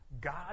God